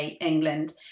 England